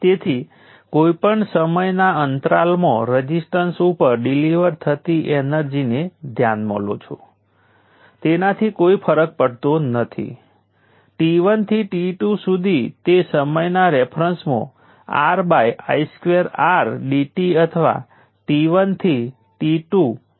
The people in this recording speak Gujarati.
તેથી V1 અને I1 ને વોલ્ટેજ સોર્સ ઉપર એપ્લાય કરાયેલ પેસિવ સાઇન કન્વેન્શન સાથે વ્યાખ્યાયિત કરવામાં આવે છે અને તેવી જ રીતે VR અને IR એ રઝિસ્ટરમાં એપ્લાય કરેલ સમાન વસ્તુ સાથે વ્યાખ્યાયિત કરવામાં આવે છે